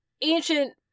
ancient